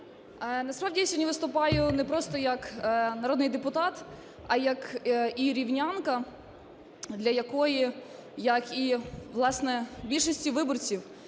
Насправді я сьогодні виступаю не просто як народний депутат, а як і рівнянка, для якої, як і, власне, більшості виборців